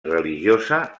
religiosa